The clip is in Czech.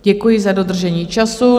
Děkuji za dodržení času.